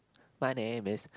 my name is